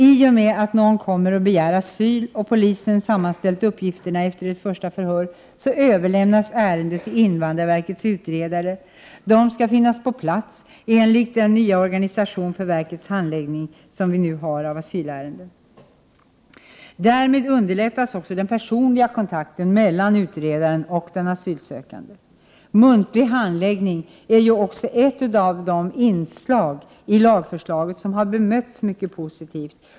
I och med att någon kommer och begär asyl, och polisen sammanställt uppgifterna efter ett första förhör, överlämnas ärendet till invandrarverkets utredare. Dessa skall finnas på plats enligt den nya organisationen för verkets handläggning av asylärenden. Därmed underlättas också den personliga kontakten mellan utredaren och den asylsökande. Muntlig handläggning är också ett av de inslag i lagförslaget som bemötts mycket positivt.